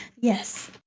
Yes